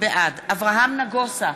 בעד אברהם נגוסה,